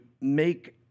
make